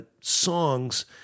songs